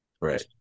Right